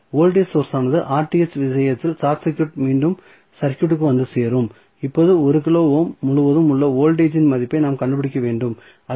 voltage source ஆனது விஷயத்தில் short circuit மீண்டும் சர்க்யூட்க்கு வந்து சேரும் இப்போது 1 கிலோ ஓம் முழுவதும் உள்ள வோல்டேஜ் இன் மதிப்பை நாம் கண்டுபிடிக்க வேண்டும் அது